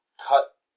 cut